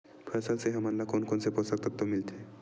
फसल से हमन ला कोन कोन से पोषक तत्व मिलथे?